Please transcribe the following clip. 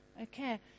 Okay